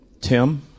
Tim